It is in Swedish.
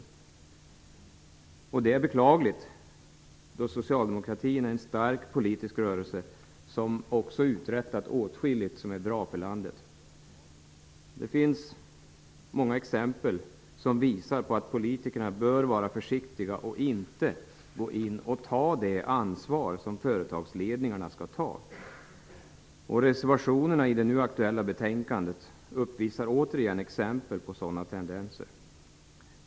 Det är beklagligt, då socialdemokratin är en stark politisk rörelse, som också har uträttat åtskilligt bra för landet. Det finns många exempel som visar att politikerna bör vara försiktiga och inte gå in och ta det ansvar som företagsledningarna skall ta. Reservationerna i det nu aktuella betänkandet visar återigen exempel på sådana tendenser.